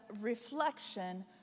reflection